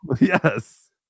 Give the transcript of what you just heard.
Yes